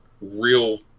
real